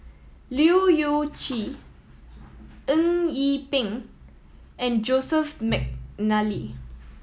Leu Yew Chye Eng Yee Peng and Joseph McNally